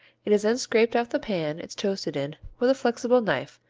it is then scraped off the pan it's toasted in with a flexible knife,